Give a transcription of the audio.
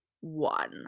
one